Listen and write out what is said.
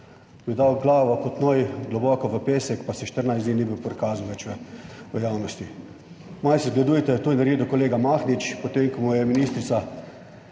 bi dal glavo kot noj globoko v pesek, pa se 14 dni ni bi prikazal več v javnosti. Malo sodelujte. To je naredil kolega Mahnič, potem ko mu je ministrica